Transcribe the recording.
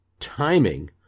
timing